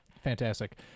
Fantastic